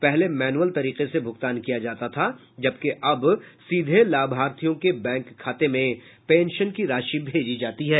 पहले मैनुअल तरीके से भुगतान किया जाता था जबकि अब सीधे लाभार्थियों के बैंक खाते में पेंशन की राशि भेजी जाती है